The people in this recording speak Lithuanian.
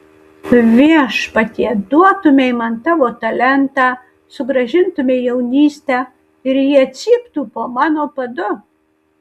viešpatie duotumei man tavo talentą sugrąžintumei jaunystę ir jie cyptų po mano padu